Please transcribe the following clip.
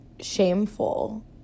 shameful